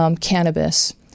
cannabis